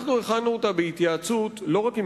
אנחנו הכנו אותה בהתייעצות לא רק עם